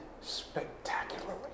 spectacularly